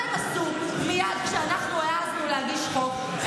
מה הם עשו מייד כשאנחנו העזנו להגיש חוק?